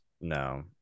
No